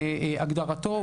בהגדרתו,